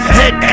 head